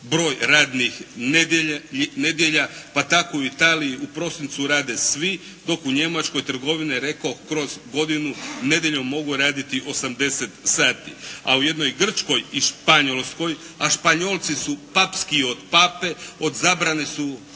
broj radnih nedjelja, pa tako u Italiji u prosincu rade svi dok u Njemačkoj trgovine rekoh kroz godinu nedjeljom mogu radi 80 sati. A u jednoj Grčkoj i Španjolskoj a Španjolci su papskiji od pape, od zabrane su